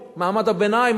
מעמד הביניים,